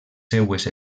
seues